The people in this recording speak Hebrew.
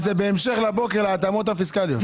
זה בהמשך לבוקר להתאמות הפיסקליות,